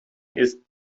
ist